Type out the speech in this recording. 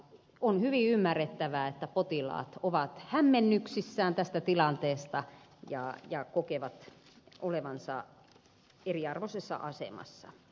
on hyvin ymmärrettävää että potilaat ovat hämmennyksissään tästä tilanteesta ja kokevat olevansa eriarvoisessa asemassa